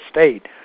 state